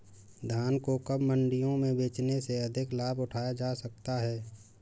धान को कब मंडियों में बेचने से अधिक लाभ उठाया जा सकता है?